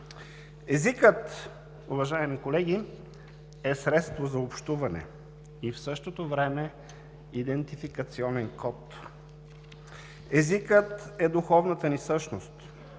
Езикът, уважаеми колеги, е средство за общуване и в същото време идентификационен код. Езикът е духовната ни същност.